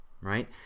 right